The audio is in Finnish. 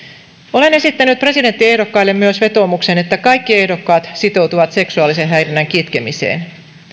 olen esittänyt myös presidenttiehdokkaille vetoomuksen että kaikki ehdokkaat sitoutuvat seksuaalisen häirinnän kitkemiseen